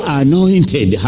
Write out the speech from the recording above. anointed